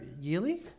yearly